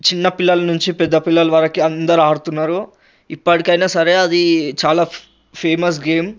చిన్నపిల్లల నుంచి పెద్ద పిల్లల వరకు అందరూ ఆడుతున్నారు ఇప్పటికైన సరే అది చాలా ఫేమస్ గేమ్